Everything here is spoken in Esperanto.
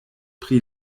pri